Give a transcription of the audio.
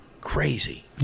crazy